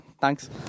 thanks